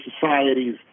societies